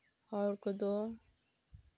ᱦᱚᱲ ᱠᱚᱫᱚ